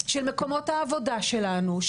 של מקומות העבודה שלנו,